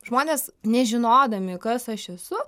žmonės nežinodami kas aš esu